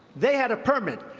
they had a permit.